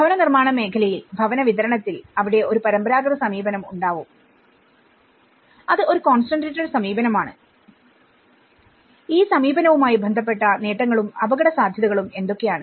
ഭവന നിർമ്മാണ മേഖലയിൽ ഭവന വിതരണത്തിൽഅവിടെ ഒരു പരമ്പരാഗത സമീപനം ഉണ്ടാവും അത് ഒരു കോൺസെൻട്രേറ്റെഡ് സമീപനമാണ് ഈ സമീപനവുമായി ബന്ധപ്പെട്ട നേട്ടങ്ങളും അപകടസാധ്യതകളും എന്തൊക്കെയാണ്